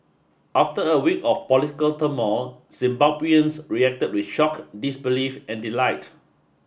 after a week of political turmoil Zimbabweans reacted with shock disbelief and delight